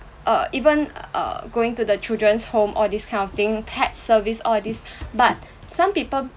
err even err going to the children's home all this kind of thing pet service all of these but some people